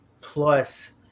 plus